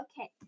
Okay